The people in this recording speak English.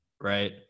right